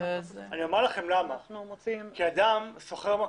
אדם שוכר מקום,